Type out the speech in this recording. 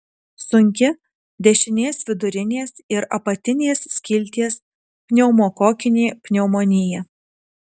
sunki dešinės vidurinės ir apatinės skilties pneumokokinė pneumonija